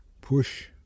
push